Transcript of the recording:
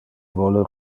vole